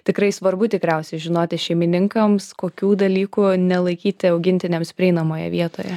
tikrai svarbu tikriausiai žinoti šeimininkams kokių dalykų nelaikyti augintiniams prieinamoje vietoje